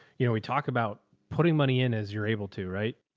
you know, we talk about putting money in as you're able to, right.